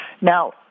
Now